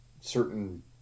certain